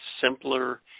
simpler